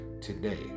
today